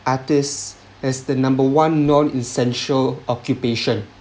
artist as the number one non essential occupation